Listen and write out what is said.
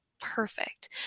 perfect